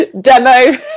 Demo